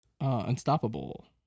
Unstoppable